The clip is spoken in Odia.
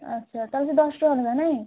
ଆଚ୍ଛା ତାହାଲେ ସେ ଦଶ ଟଙ୍କା ଲେଖା ନାଇଁ